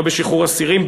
לא בשחרור אסירים,